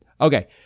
Okay